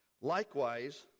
Likewise